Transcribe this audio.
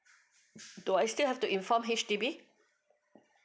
do I still have to inform H_D_B